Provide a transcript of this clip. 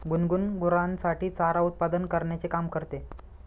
गुनगुन गुरांसाठी चारा उत्पादन करण्याचे काम करते